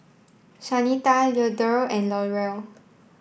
Shanita Leandro and Laurel